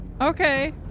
Okay